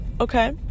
okay